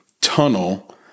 tunnel